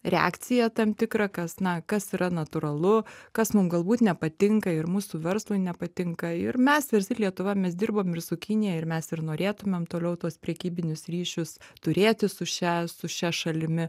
reakciją tam tikrą kas na kas yra natūralu kas mum galbūt nepatinka ir mūsų verslui nepatinka ir mes versli lietuva mes dirbom ir su kinija ir mes ir norėtumėm toliau tuos prekybinius ryšius turėti su šia su šia šalimi